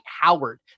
Howard